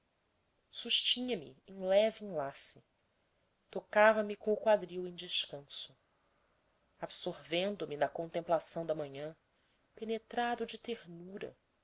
dos olhos sustinha me em leve enlace tocava me com o quadril em descanso absorvendo me na contemplação da manhã penetrado de ternura